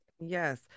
yes